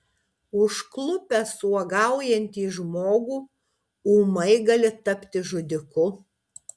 užklupęs uogaujantį žmogų ūmai gali tapti žudiku